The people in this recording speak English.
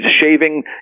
shaving